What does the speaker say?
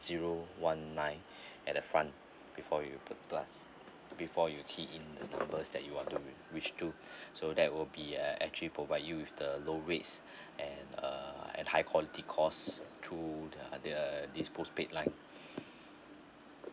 zero one nine at the front before you put plus before you key in the numbers that you are to reach to so that will be uh actually provide you with the low rates and uh high quality call through their this postpaid line